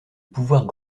pouvoirs